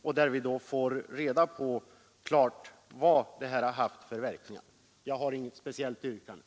Jag har inget yrkande utöver bifall till utskottet.